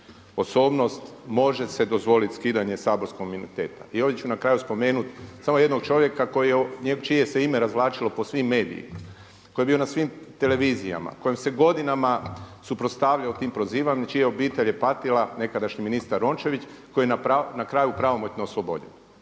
osobnost može se dozvoliti skidanje saborskog imuniteta. I ovdje ću na kraju spomenuti samo jednog čovjeka čije se ime razvlačilo po svim medijima, koji je bio na svim televizijama, kojem se godinama suprotstavljao tim prozivanjima, čija obitelj je patila nekadašnji ministar Rončević koji je na kraju pravomoćno oslobođen.